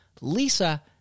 Lisa